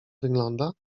wygląda